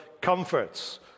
comforts